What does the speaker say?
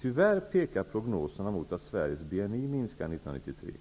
Tyvärr pekar prognoserna mot att Sveriges BNI minskar 1993.